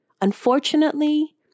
Unfortunately